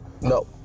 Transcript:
No